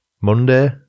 Monday